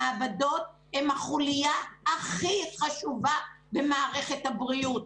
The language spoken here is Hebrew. המעבדות הן החוליה הכי חשובה במערכת הבריאות.